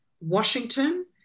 Washington